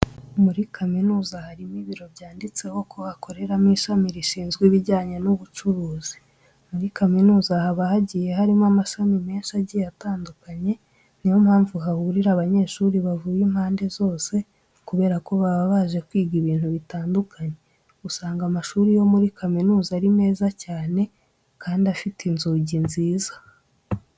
Muri kaminuza harimo ibiro byanditseho ko hakoreramo ishami rishinzwe ibijyanye n'ubucuruzi. Muri kaminuza haba hagiye harimo amashami menshi agiye atandukanye, ni yo mpamvu hahurira abanyeshuri bavuye impande zose kubera baba baje kwiga ibintu bitandukanye. Usanga amashuri yo muri kaminuza ari meza cyane kandi afite inzugi nziza.